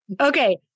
Okay